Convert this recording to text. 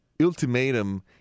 ultimatum